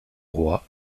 roi